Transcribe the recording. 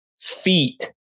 feet